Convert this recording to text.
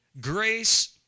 Grace